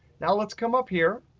now let's come up here,